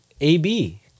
AB